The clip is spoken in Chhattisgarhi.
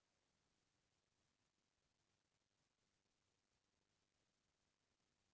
ऑसो धान ल बोए के बाद म पानी ह गिरबे नइ करत हे